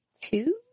two